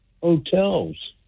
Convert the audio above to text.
hotels